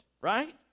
right